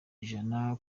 ijana